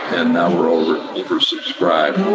and, now we're over over subscribed